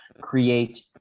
create